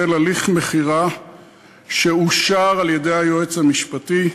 החל הליך מכירה שאושר על-ידי היועץ המשפטי,